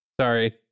Sorry